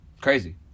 Crazy